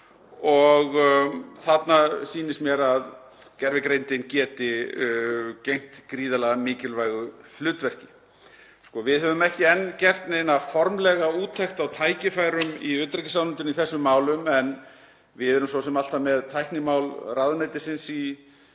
Þarna sýnist mér að gervigreindin geti gegnt gríðarlega mikilvægu hlutverki. Við höfum ekki enn gert neina formlega úttekt á tækifærum í utanríkisráðuneytinu í þessum málum en erum svo sem alltaf með tæknimál ráðuneytisins í